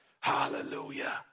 Hallelujah